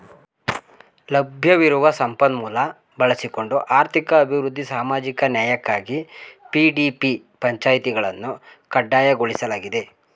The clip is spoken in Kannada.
ಲಭ್ಯವಿರುವ ಸಂಪನ್ಮೂಲ ಬಳಸಿಕೊಂಡು ಆರ್ಥಿಕ ಅಭಿವೃದ್ಧಿ ಸಾಮಾಜಿಕ ನ್ಯಾಯಕ್ಕಾಗಿ ಪಿ.ಡಿ.ಪಿ ಪಂಚಾಯಿತಿಗಳನ್ನು ಕಡ್ಡಾಯಗೊಳಿಸಲಾಗಿದೆ